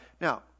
Now